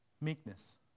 meekness